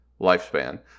lifespan